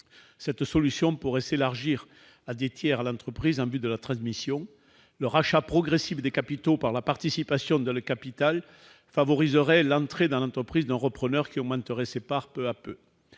Cette solution pourrait être élargie à des tiers à l'entreprise. Le rachat progressif des capitaux par la participation dans le capital favoriserait l'entrée dans l'entreprise d'un repreneur qui augmenterait ses parts peu à peu.